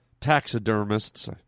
Taxidermists